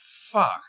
fuck